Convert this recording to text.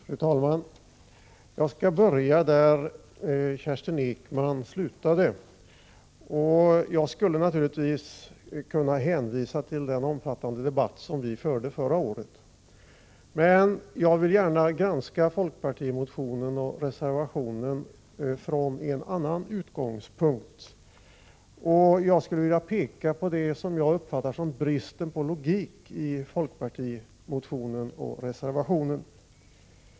Fru talman! Jag skall börja där Kerstin Ekman slutade, och jag skulle naturligtvis kunna hänvisa till den omfattande debatt som vi förde förra året. Men jag vill gärna granska folkpartimotionen och reservationen från en annan utgångspunkt, och jag skulle vilja peka på det som jag uppfattar som bristen på logik i folkpartimotionen och reservationen.